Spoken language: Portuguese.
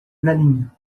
galinha